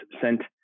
sent